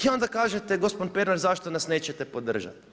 I onda kažete gospodine Pernar zašto nas nećete podržati.